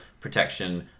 Protection